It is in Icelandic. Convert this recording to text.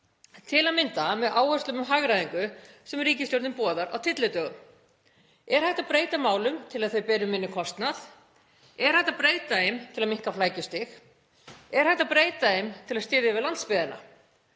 til að mynda með áherslum um hagræðingu sem ríkisstjórnin boðar á tyllidögum. Er hægt að breyta málum til að þau beri minni kostnað? Er hægt að breyta þeim til að minnka flækjustig? Er hægt að breyta þeim til að styðja við landsbyggðina?